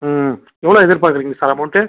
ம் எவ்வளோ எதிர்பார்க்குறீங்க சார் அமௌண்ட்டு